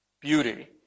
beauty